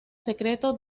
secreto